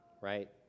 right